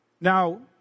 Now